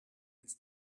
its